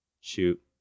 shoot